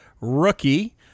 ROOKIE